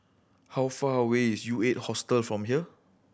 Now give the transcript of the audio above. how far away is U Eight Hostel from here